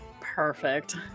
perfect